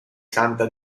santa